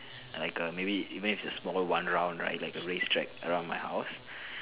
like a maybe even if it's a small one round right like a race track around my house